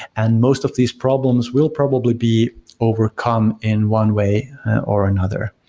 and most of these problems will probably be overcome in one way or another.